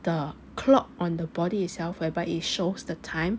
the clock on the body itself whereby it shows the time